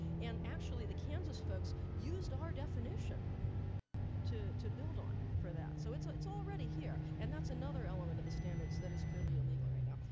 and actually, the kansas folks used our definition to to build on for that. so it's ah it's already here. and that's another element of the standards that is clearly illegal right now.